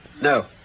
No